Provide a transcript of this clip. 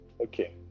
Okay